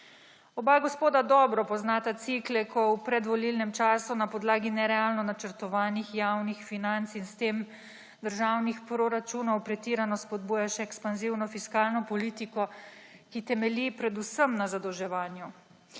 Oba gospoda dobro poznata cikle, ko v predvolilnem času na podlagi nerealno načrtovanih javnih financ, in s tem državnih proračunov, pretirano spodbuja še ekspanzivno fiskalno politiko, ki temelji predvsem na zadolževanju.